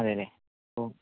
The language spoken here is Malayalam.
അതേ അല്ലേ അപ്പോൾ